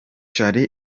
charly